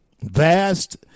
Vast